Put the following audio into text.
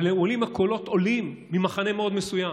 אבל הקולות עולים ממחנה מאוד מסוים,